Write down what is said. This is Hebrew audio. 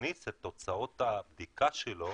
מכניס את תוצאות הבדיקה שלו